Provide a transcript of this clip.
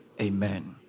Amen